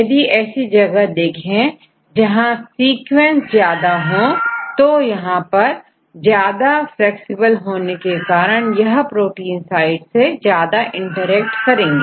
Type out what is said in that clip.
यदि ऐसी जगह देखें जहां सीक्वेंस ज्यादा हो तो यहां पर ज्यादा फ्लैक्सिबल होने के कारण यह प्रोटीन साइड से ज्यादा इंटरेक्ट करेगा